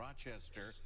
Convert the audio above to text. Rochester